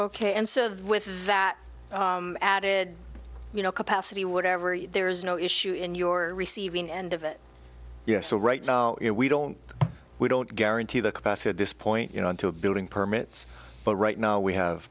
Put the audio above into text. ok and so with that added you know capacity whatever there is no issue in your receiving end of it yes so right now we don't we don't guarantee the capacity of this point you know into a building permits but right now we have